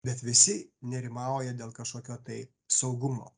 bet visi nerimauja dėl kažkokio tai saugumo